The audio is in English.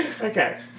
Okay